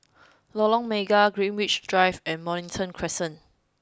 Lorong Mega Greenwich Drive and Mornington Crescent